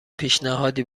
پیشنهادی